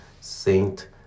Saint